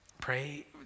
Pray